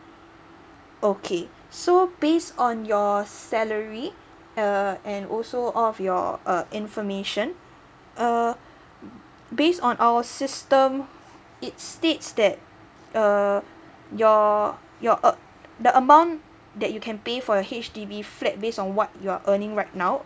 okay so based on your salary uh and also all of your uh information err based on our system it states that err your your err the amount that you can pay for a H_D_B flat based on what you're earning right now